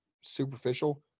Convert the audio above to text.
superficial